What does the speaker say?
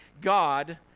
God